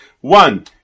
One